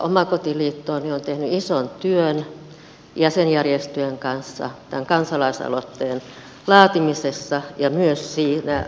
he ovat tehneet ison työn jäsenjärjestöjen kanssa tämän kansalaisaloitteen laatimisessa ja myös siinä nimien keräämisessä